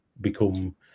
become